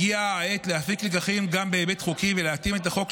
הגיעה העת להפיק לקחים גם בהיבט החוקי ולהתאים את החוק,